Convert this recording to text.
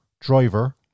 driver